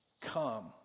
come